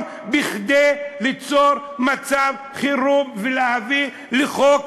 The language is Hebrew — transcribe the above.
כדי ליצור מצב חירום ולהביא לחוק,